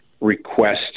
request